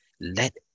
Let